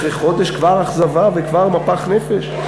אחרי חודש, כבר אכזבה וכבר מפח נפש?